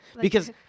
Because-